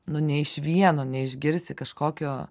nu ne iš vieno neišgirsi kažkokio